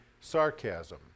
sarcasm